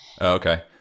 Okay